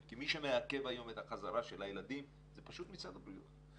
כי מי שמעכב היום את החזרה של הילדים זה פשוט משרד הבריאות.